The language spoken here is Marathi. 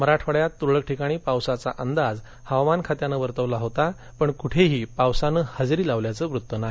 मराठवाड्यात तुरळक ठिकाणी पावसाचा अंदाज हवामान खात्यानं वर्तवला होता पण कुठेही पावसानं हजेरी लावल्याचं वृत्त नाही